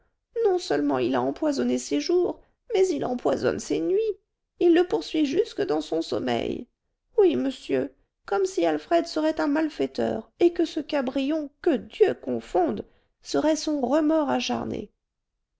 non-seulement il a empoisonné ses jours mais il empoisonne ses nuits il le poursuit jusque dans son sommeil oui monsieur comme si alfred serait un malfaiteur et que ce cabrion que dieu confonde serait son remords acharné